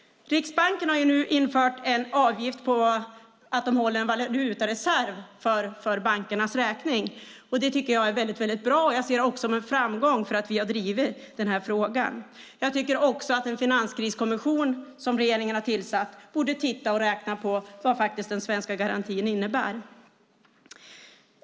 Riksbanken har nu infört en avgift för att de håller en valutareserv för bankernas räkning. Det tycker jag är väldigt bra. Jag ser det också som en framgång, för vi har drivit den här frågan. Jag tycker också att en finanskriskommission, som regeringen har tillsatt, borde titta och räkna på vad den svenska garantin faktiskt innebär.